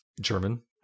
German